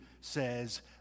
says